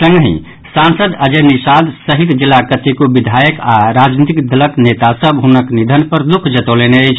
संगहि सांसद अजय निषाद सहित जिलाक कतेको विधायक आओर राजनीतिक दलक नेता सभ हुनक निधन पर दुःख जतौलनि अछि